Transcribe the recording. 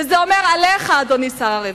וזה אומר עליך, אדוני שר הרווחה.